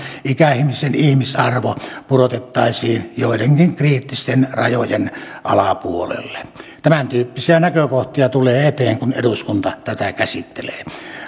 ikäihmisen ihmisarvo pudotettaisiin joidenkin kriittisten rajojen alapuolelle tämäntyyppisiä näkökohtia tulee eteen kun eduskunta tätä käsittelee